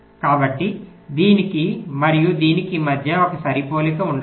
కాబట్టి దీనికి మరియు దీనికి మధ్య ఒక సరిపోలిక ఉండవచ్చు